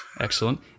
Excellent